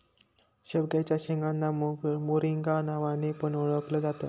शेवग्याच्या शेंगांना मोरिंगा नावाने पण ओळखल जात